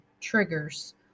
triggers